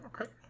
okay